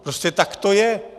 Prostě tak to je!